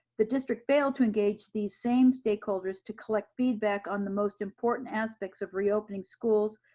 the district failed to engage these same stakeholders to collect feedback on the most important aspects of reopening schools,